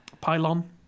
Pylon